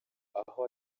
aho